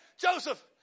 Joseph